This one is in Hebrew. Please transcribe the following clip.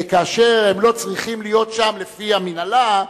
כאשר הם לא צריכים להיות שם לפי המינהלה,